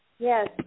yes